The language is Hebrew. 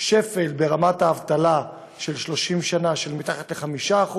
שפל ברמת האבטלה של 30 שנה, של מתחת ל-5%,